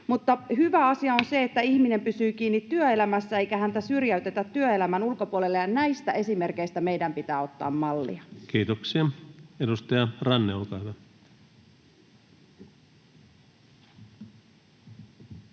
koputtaa] että ihminen pysyy kiinni työelämässä eikä häntä syrjäytetä työelämän ulkopuolelle, ja näistä esimerkeistä meidän pitää ottaa mallia. Kiitoksia. — Edustaja Ranne, olkaa hyvä.